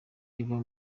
eva